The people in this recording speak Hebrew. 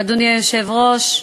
אדוני היושב-ראש,